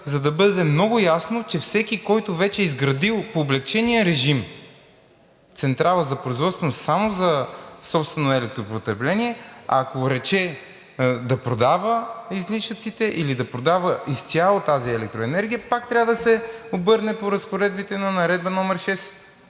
за да бъде много ясно, че всеки, който вече е изградил по облекчения режим централа за производство, но само за собствено електропотребление, ако рече да продава излишъците или да продава изцяло тази електроенергия, пак трябва да се обърне по разпоредбите на Наредба № 6,